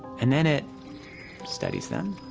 and then it studies them,